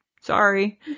Sorry